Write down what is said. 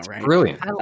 brilliant